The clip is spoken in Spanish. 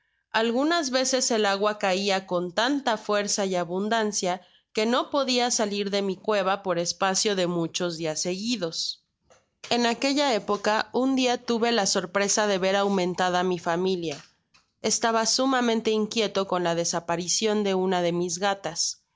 algunas veces el agua caia con tanta fuerza y abundancia que no podia salir de mi cueva por espacio de muchos dias seguidos en aquella época un dia tuve la sorpresa de ver aumentada mi familia estaba sumamente inquieto con la desaparicion de una de mis gatas